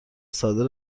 ساده